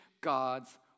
God's